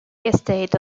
estate